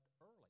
early